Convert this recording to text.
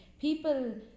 people